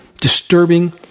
disturbing